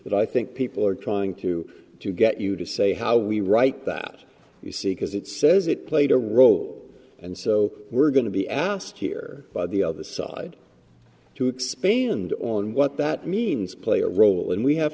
that i think people are trying to get you to say how we write that you see because it says it played a role and so we're going to be asked here by the other side to expand on what that means play a role and we have